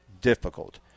difficult